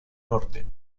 norte